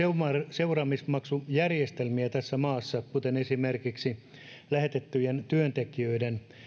seuraamusmaksujärjestelmiä tässä maassa esimerkiksi lähetettyjen työntekijöiden